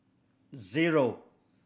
zero